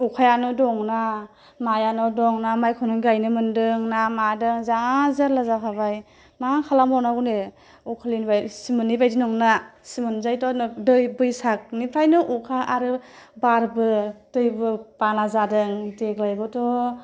अखायानो दंना मायानो दं ना माइखौनो गायनो मोनदों ना मादों जा जारला जाखाबाय मा खालामबावनांगौ दे अखालि सिमोननि बायदि नंला सिमोन जायथ दै बैसागनिफ्रायनो अखा आरो बारबो दैबो बाना जादों देग्लायबोथ'